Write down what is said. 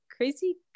crazy